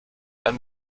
ein